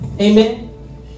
Amen